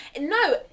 no